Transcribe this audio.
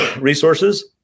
resources